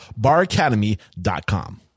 baracademy.com